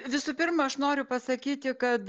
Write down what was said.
visų pirma aš noriu pasakyti kad